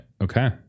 okay